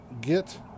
get